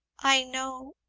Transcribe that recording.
i know